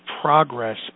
progress